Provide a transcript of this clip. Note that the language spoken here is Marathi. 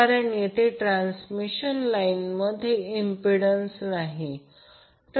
कारण येथे ट्रान्समिशन लाईनमध्ये इम्पिडंन्स नाही